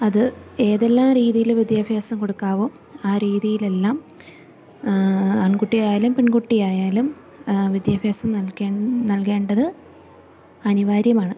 അത് ഏതെല്ലാം രീതിയിൽ വിദ്യാഭ്യാസം കൊടുക്കാവോ ആ രീതിയിലെല്ലാം ആൺകുട്ടിയായാലും പെൺകുട്ടിയായാലും വിദ്യാഭ്യാസം നൽകേ നൽകേണ്ടത് അനിവാര്യമാണ്